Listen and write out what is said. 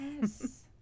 yes